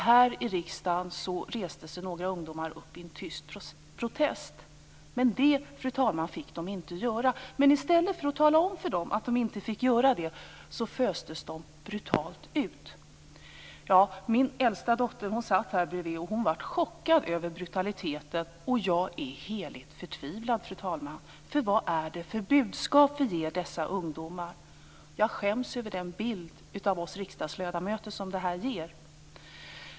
Här i riksdagen reste sig några ungdomar upp i en tyst protest. Det, fru talman, fick de inte göra. Men i stället tala om för dem att de inte fick göra det föstes de brutalt ut. Min äldsta dotter satt här bredvid, och hon blev chockad över brutaliteten. Och jag är heligt förtvivlad, fru talman. Vad är det för budskap vi ger dessa ungdomar? Jag skäms över den bild av oss riksdagsledamöter som det här ger.